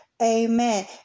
Amen